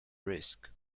risk